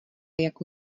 jako